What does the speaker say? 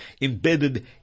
embedded